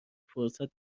فرصت